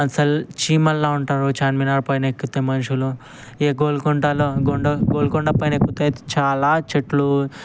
అసలు చీమల్లా ఉంటారు చార్మినార్ పైనెక్కితే మనుషులు ఇక గోల్కొండలో గొండ గోల్కొండ పైనెక్కితే చాలా చెట్లు